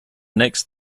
next